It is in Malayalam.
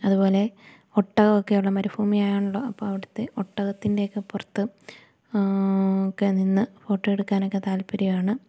അതുപോലെ ഒട്ടകം ഒക്കെ ഉള്ള മരുഭൂമി ആയോണ്ടോ അപ്പം അവിടുത്തെ ഒട്ടകത്തിൻറ്റേക്കെ പുറത്ത് ഒക്കെ നിന്ന് ഫോട്ടോ എടുക്കാൻ ഒക്കെ താൽപര്യമാണ്